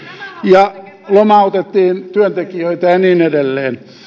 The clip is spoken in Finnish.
ja lomautettiin työntekijöitä ja niin edelleen